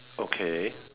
okay